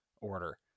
order